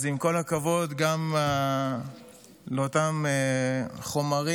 אז עם כל הכבוד לאותם חומרים,